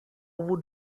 would